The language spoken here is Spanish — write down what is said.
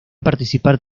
participar